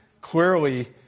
Clearly